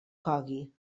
cogui